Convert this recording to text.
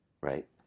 right